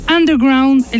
Underground